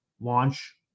launch